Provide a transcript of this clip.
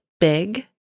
big